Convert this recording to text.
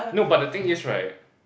no but the thing is right